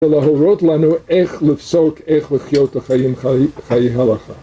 ולהורות לנו איך לפסוק, איך לחיות את חיי הלכה